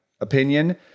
opinion